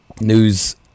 news